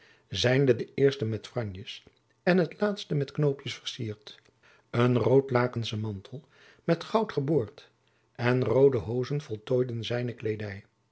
zijnde de eerste met franjes en het laatste met knoopjens vercierd een roodlakensche mantel met goud geboord en roode hoozen voltooiden zijne kleedij